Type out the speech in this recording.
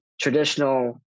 Traditional